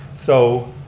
so,